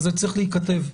זה צריך להיכתב.